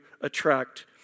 attract